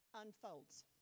unfolds